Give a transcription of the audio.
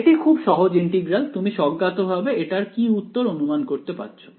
এটি খুব সহজ ইন্টিগ্রাল তুমি স্বজ্ঞাতভাবে এটার কি উত্তর অনুমান করতে পারছো